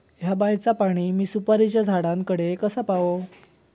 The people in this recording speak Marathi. हया बायचा पाणी मी सुपारीच्या झाडान कडे कसा पावाव?